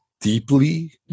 deeply